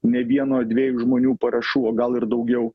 ne vieno dviejų žmonių parašų o gal ir daugiau